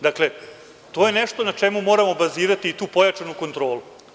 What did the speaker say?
Dakle, to je nešto na čemu moramo bazirati tu pojačanu kontrolu.